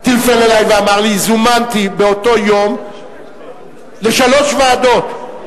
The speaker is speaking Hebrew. טלפן אלי ואמר לי: זומנתי באותו יום לשלוש ועדות,